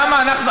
למה אנחנו,